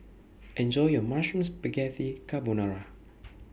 Enjoy your Mushroom Spaghetti Carbonara